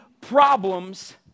problems